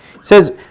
says